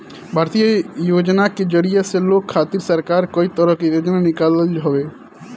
भारतीय योजना के जरिया से लोग खातिर सरकार कई तरह के योजना निकालत हवे